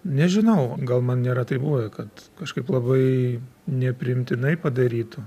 nežinau gal man nėra taip buvę kad kažkaip labai nepriimtinai padarytų